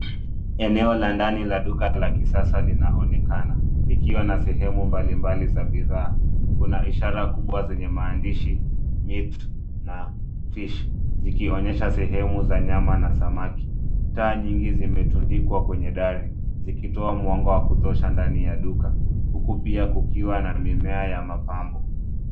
Eneo la ndani la duka la kisasa linaonekana likiwa na sehemu mbalimbali za bidhaa. Kuna ishara kubwa zenye maandishi MEAT na FISH zikionyesha sehemu za nyama na samaki. Taa nyingi zimetundikwa kwenye dari zikitoa mwanga wa kutosha ndani ya duka. Uku pia kukiwa na mimea ya mapambo.